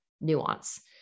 nuance